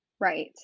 Right